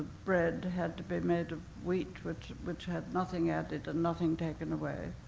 bread had to be made of wheat which which had nothing added and nothing taken away.